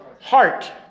heart